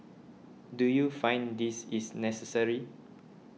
do you find this is necessary